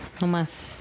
Nomás